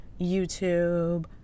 YouTube